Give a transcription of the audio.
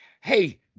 hey